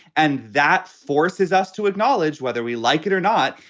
and that forces us to acknowledge whether we like it or not,